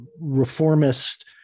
reformist